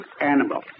animal